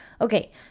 Okay